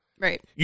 Right